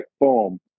boom